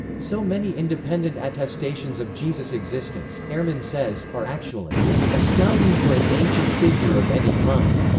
so many independent attestations of jesus' existence, ehrman says, are actually astounding for an ancient figure of any kind.